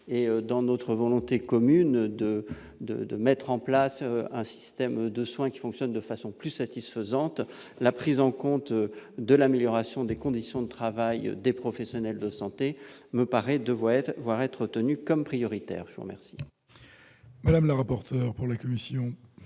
Dans notre volonté commune de mettre en place un système de soins fonctionnant de manière plus satisfaisante, la prise en compte de l'amélioration des conditions de travail des professionnels de santé me semble devoir être considérée comme prioritaire. Quel